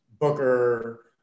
Booker